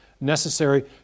necessary